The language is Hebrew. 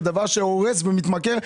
זה דבר שהורס ומתמכר.